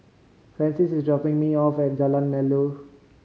francis is dropping me off at Jalan Melor